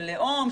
של לאום,